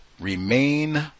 remain